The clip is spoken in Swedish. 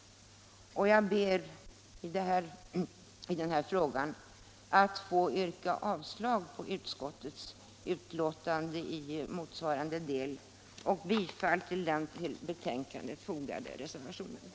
Jag ber att få yrka bifall till den till betänkandet fogade reservationen, vilket innebär avslag på utskottets hemställan i motsvarande del.